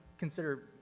consider